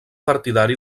partidari